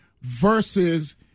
versus